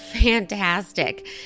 fantastic